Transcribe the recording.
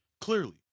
clearly